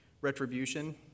retribution